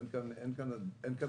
אין כאן הדבקות.